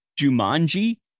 Jumanji